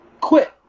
quit